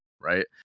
right